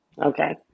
okay